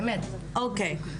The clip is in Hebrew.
באמת,